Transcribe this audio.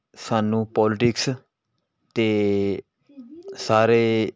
ਸਾਨੂੰ ਪੋਲੀਟਿਕਸ ਅਤੇ ਸਾਰੇ